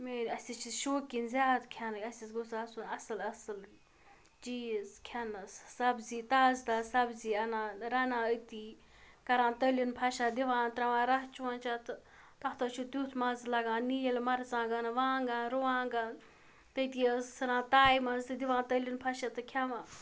main اَسہِ حظ چھِ شوقیٖن زیادٕ کھٮ۪نٕکۍ اَسہِ حظ گوٚژھ آسُن اَصٕل اَصٕل چیٖز کھٮ۪نَس سبزی تازٕ تازٕ سَبزی اَنان رَنان أتی کَران تٔلیُن فشا دِوان تراوان رَس چونٛچا تہٕ تَتھ حظ چھُ تیُتھ مَزٕ لَگان نیٖلۍ مَرژانٛگَن وانٛگان رُوانٛگَن تٔتی حظ ژھٕنان تایہِ منٛز تہِ دِوان تٔلیُن فشا تہٕ کھٮ۪وان